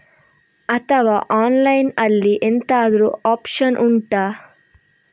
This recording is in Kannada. ಅಥವಾ ಆನ್ಲೈನ್ ಅಲ್ಲಿ ಎಂತಾದ್ರೂ ಒಪ್ಶನ್ ಉಂಟಾ